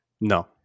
no